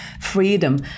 freedom